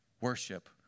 Worship